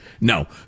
no